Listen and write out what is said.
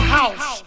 house